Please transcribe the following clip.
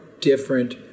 different